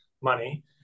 money